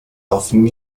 often